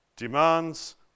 Demands